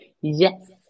yes